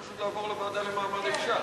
לוועדת העבודה